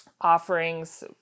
offerings